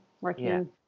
Working